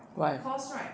why